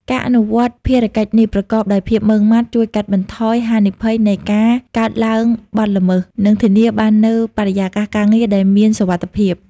ការអនុវត្តភារកិច្ចនេះប្រកបដោយភាពម៉ត់ចត់ ជួយកាត់បន្ថយហានិភ័យនៃការកើតឡើងបទល្មើស និងធានាបាននូវបរិយាកាសការងារដែលមានសុវត្ថិភាព។